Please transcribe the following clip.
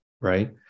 right